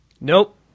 Nope